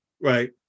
Right